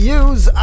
use